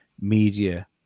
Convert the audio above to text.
media